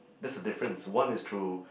that's the difference one is through